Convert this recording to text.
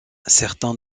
certains